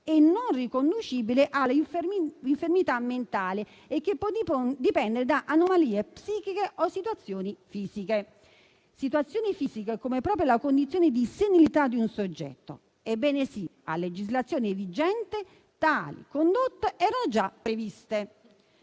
non riconducibili all'infermità mentale, ma dipendenti da anomalie psichiche o situazioni fisiche. Situazioni fisiche quali la condizione di senilità di un soggetto. Ebbene sì, a legislazione vigente, tali condotte erano già previste.